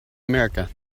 america